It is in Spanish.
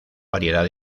variedad